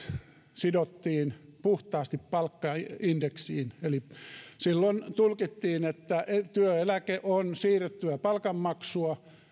sidottiin puhtaasti palkkaindeksiin eli silloin tulkittiin että työeläke on siirrettyä palkanmaksua